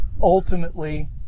ultimately